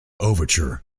overture